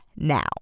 now